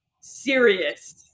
serious